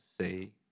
say